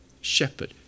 shepherd